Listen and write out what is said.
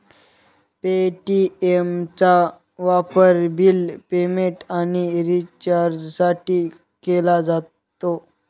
पे.टी.एमचा वापर bill payment आणि रिचार्जसाठी केला जातो